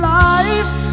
life